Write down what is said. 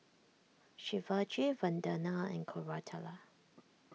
Shivaji Vandana and Koratala